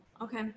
Okay